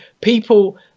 people